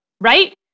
right